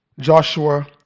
Joshua